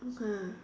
okay